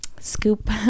scoop